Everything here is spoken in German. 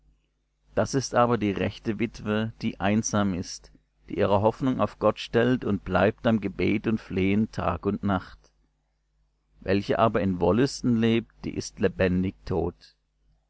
das ist aber die rechte witwe die einsam ist die ihre hoffnung auf gott stellt und bleibt am gebet und flehen tag und nacht welche aber in wollüsten lebt die ist lebendig tot